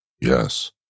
Yes